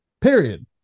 Period